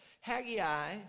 Haggai